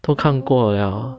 都看过了